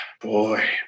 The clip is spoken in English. boy